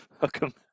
welcome